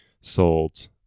sold